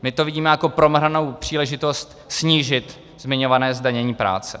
My to vidíme jako promrhanou příležitost snížit zmiňované zdanění práce.